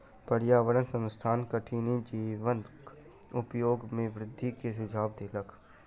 पर्यावरण संस्थान कठिनी जीवक उपयोग में वृद्धि के सुझाव देलक